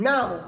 Now